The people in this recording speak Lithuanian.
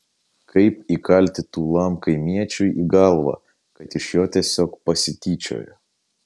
kaip įkalti tūlam kaimiečiui į galvą kad iš jo tiesiog pasityčiojo